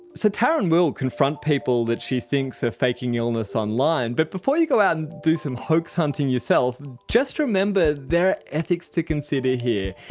so taryn will confront people that she thinks are faking illness online, but before you go out and do some hoax hunting yourself, just remember there are ethics to consider here.